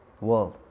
world